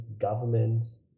governments